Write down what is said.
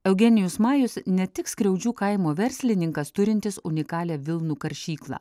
eugenijus majus ne tik skriaudžių kaimo verslininkas turintis unikalią vilnų karšyklą